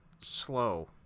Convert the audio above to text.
slow